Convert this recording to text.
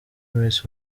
miss